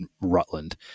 Rutland